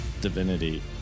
Divinity